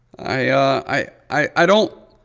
i don't,